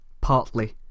partly